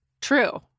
True